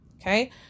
Okay